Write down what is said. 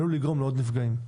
עלול לגרום לעוד נפגעים.